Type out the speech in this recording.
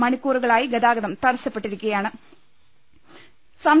മണിക്കൂറുകളായി ഗതാഗതം തടസ്സപ്പെട്ടിരിക്കുകയാ ണ്